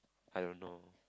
I don't know